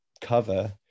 cover